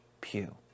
pew